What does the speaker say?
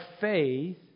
faith